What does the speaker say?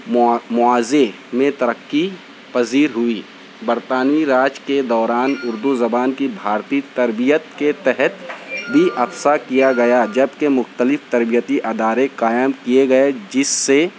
موا مواضح میں ترقی پذیر ہوئی برطانوی راج کے دوران اردو زبان کی بھارتی تربیت کے تحت بھی افشاں کیا گیا جب کہ مختلف تربیتی ادارے قائم کئے گئے جس سے